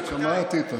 שמעתי.